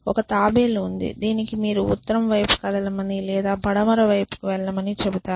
ఒక తాబేలు ఉంది దీనికి మీరు ఉత్తరం వైపు కదలమని లేదా పడమర వైపుకు వెళ్లమని చెబుతారు